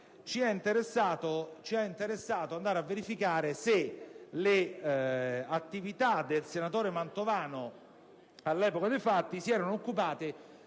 ci ha interessato verificare se le attività del senatore Mantovano all'epoca dei fatti si erano occupate